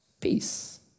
Peace